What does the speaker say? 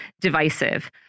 divisive